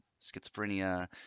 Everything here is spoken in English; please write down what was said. schizophrenia